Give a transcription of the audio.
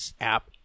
app